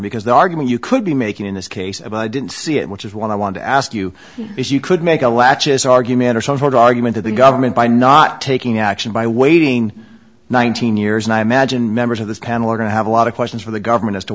because the argument you could be making in this case about i didn't see it which is what i want to ask you if you could make a latches argument or so for the argument of the government by not taking action by waiting nineteen years and i imagine members of this panel are going to have a lot of questions for the government as to